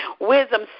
Wisdom